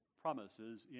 promises